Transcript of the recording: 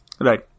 right